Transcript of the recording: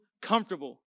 comfortable